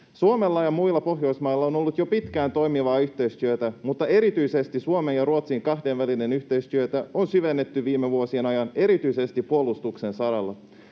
Suomella ja muilla Pohjoismailla on ollut jo pitkään toimivaa yhteistyötä, mutta erityisesti Suomen ja Ruotsin kahdenvälistä yhteistyötä on syvennetty viime vuosien ajan erityisesti puolustuksen saralla.